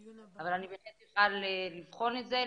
אבל אני בהחלט אוכל לבחון את זה,